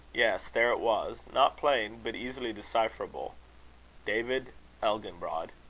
yes there it was! not plain, but easily decipherable david elginbrod.